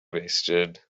wasted